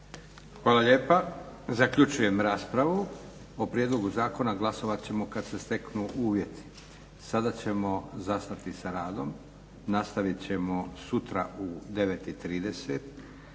Hvala lijepa. Zaključujem raspravu. O prijedlogu zakona glasovat ćemo kada se steknu uvjeti. Sada ćemo zastati sa radom. Nastavit ćemo sutra u 9,30.